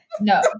no